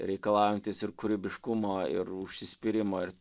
reikalaujantis ir kūrybiškumo ir užsispyrimo ir